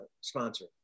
sponsor